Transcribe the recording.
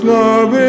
love